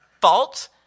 fault